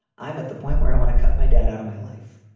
i'm at the point where i want to cut my dad out of my life.